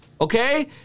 okay